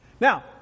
Now